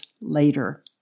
later